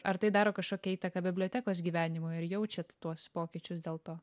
ar tai daro kažkokią įtaką bibliotekos gyvenimui ar jaučiat tuos pokyčius dėl to